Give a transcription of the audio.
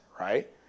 right